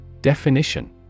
Definition